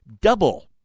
double